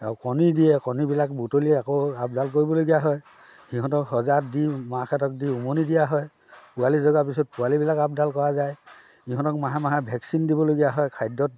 আৰু কণী দিয়ে কণীবিলাক বুটলি আকৌ আপডাল কৰিবলগীয়া হয় সিহঁতক সঁজাত দি মাকহঁতক দি উমনি দিয়া হয় পোৱালি জগাৰ পিছত পোৱালিবিলাক আপডাল কৰা যায় ইহঁতক মাহে মাহে ভেকচিন দিবলগীয়া হয় খাদ্যত